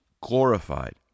glorified